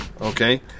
Okay